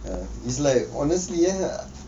err it's like honestly eh